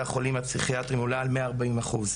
החולים הפסיכיאטריים עולה על 140 אחוז.